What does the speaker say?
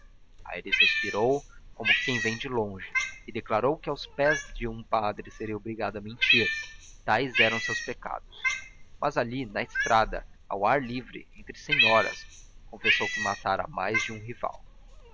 aires respirou como quem vem de longe e declarou que aos pés de um padre seria obrigado a mentir tais eram os seus pecados mas ali na estrada ao ar livre entre senhoras confessou que matara mais de um rival